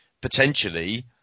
potentially